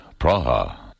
Praha